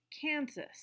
Kansas